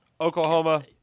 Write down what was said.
Oklahoma